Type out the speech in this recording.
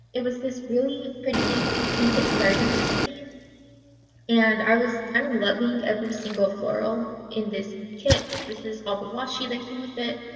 it was this really pretty painted garden theme and i was i'm loving every single floral in this kit. this is all the washi that like came with it.